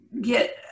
get